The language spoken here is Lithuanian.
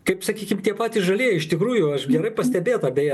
kaip sakykim tie patys žalieji iš tikrųjų aišku gerai pastebėta beje